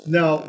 now